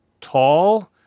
tall